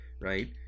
right